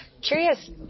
Curious